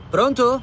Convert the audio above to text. Pronto